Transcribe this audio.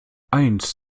eins